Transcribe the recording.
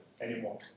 anymore